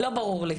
זה לא ברור לי.